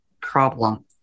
problem